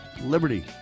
liberty